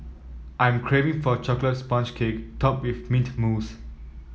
I am craving for a chocolate sponge cake topped with mint mousse